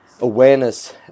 awareness